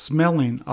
Smelling